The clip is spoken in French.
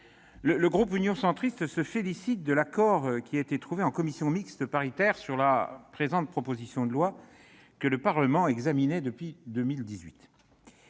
le groupe Union Centriste se félicite de l'accord trouvé en commission mixte paritaire sur la présente proposition de loi, que le Parlement examinait depuis le